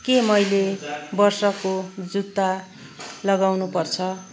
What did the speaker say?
के मैले वर्षाको जुत्ता लगाउनु पर्छ